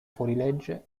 fuorilegge